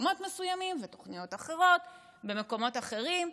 במקומות מסוימים ותוכניות אחרות במקומות אחרים,